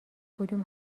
کدوم